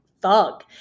thug